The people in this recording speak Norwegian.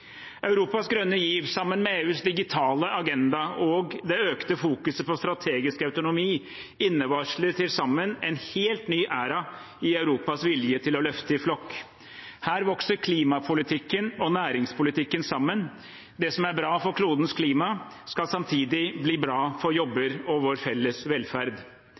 Europas grønne giv sammen med EUs digitale agenda og det økte fokuset på strategisk autonomi innevarsler til sammen en helt ny æra i Europas vilje til å løfte i flokk. Her vokser klimapolitikken og næringspolitikken sammen. Det som er bra for klodens klima, skal samtidig bli bra for jobber og vår felles velferd.